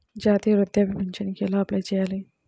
జాతీయ వృద్ధాప్య పింఛనుకి ఎలా అప్లై చేయాలి?